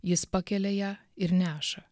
jis pakelia ją ir neša